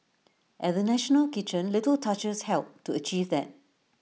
at the national kitchen little touches helped to achieve that